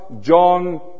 John